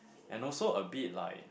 and also a bit like